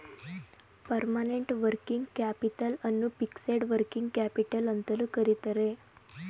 permanent working capital ಅನ್ನು fixed working capital ಅಂತಲೂ ಕರಿತರೆ